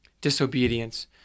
disobedience